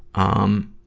um,